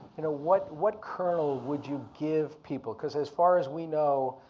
you know what what kernel would you give people? cause as far as we know,